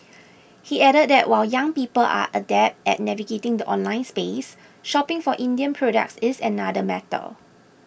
he added that while young people are adept at navigating the online space shopping for Indian products is another matter